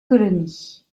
colonies